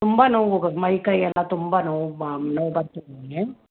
ತುಂಬ ನೋವು ಮೈಕೈ ಎಲ್ಲ ತುಂಬ ನೋವು